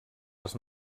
les